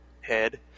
head